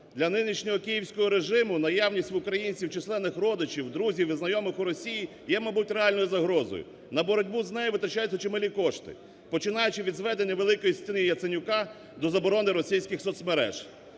Для нинішнього київського режиму наявність в українців численних родичів, друзів і знайомих у Росії є, мабуть, реальною загрозою. На боротьбу з нею витрачаються чималі кошти, починаючи від зведення "великої стіни" Яценюка, до заборони російських соцмереж.